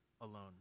alone